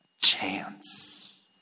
chance